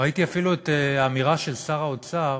ראיתי אפילו את האמירה של שר האוצר